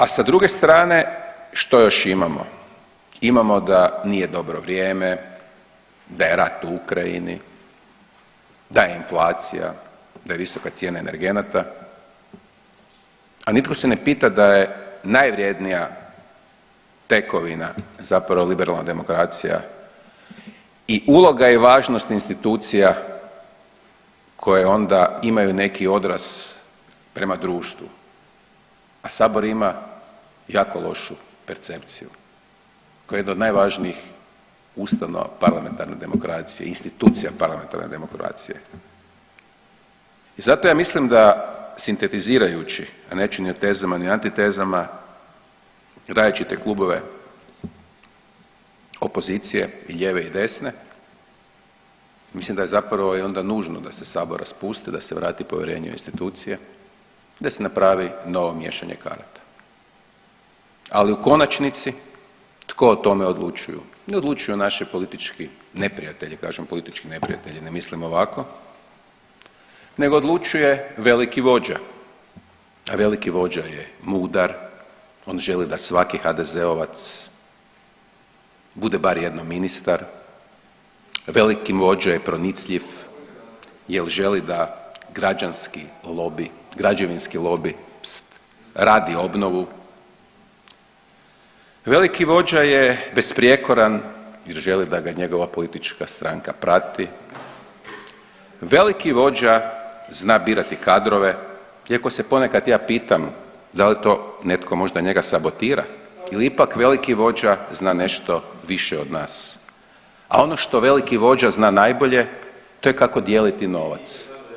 A sa druge strane što još imamo, imamo da nije dobro vrijeme, da je rat u Ukrajini, da je inflacija, da je visoka cijena energenata, a nitko se ne pita da je najvrjednija tekovina zapravo liberalna demokracija i uloga i važnost institucija koje onda imaju neki odraz prema društvu, a sabor ima jako lošu percepciju koji je jedan od najvažnijih ustanova parlamentarne demokracije, institucija parlamentarne demokracije i zato ja mislim da sintetizirajući, a neću ni o tezama ni o antitezama, različite klubove opozicije i lijeve i desne mislim da je zapravo i onda nužno da se sabor raspusti i da se vrati povjerenje u institucije, da se napravi novo miješanje karata, ali u konačnici tko o tome odlučuju, ne odlučuju naši politički neprijatelji, kažem politički neprijatelji ne mislim ovako, nego odlučuje veliki vođa, a veliki vođa je mudar, on želi da svaki HDZ-ovac bude bar jednom ministar, veliki vođa je pronicljiv jel želi da građanski lobi, građevinski lobi radi obnovu, veliki vođa je besprijekoran jer želi da ga njegova politička stranka prati, veliki vođa zna birati kadrove iako se ponekad ja pitam dal to netko možda njega sabotira ili ipak veliki vođa zna nešto više od nas, a ono što veliki vođa zna najbolje to je kako dijeliti novac.